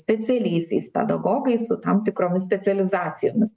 specialiaisiais pedagogais su tam tikromis specializacijomis